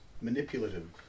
manipulative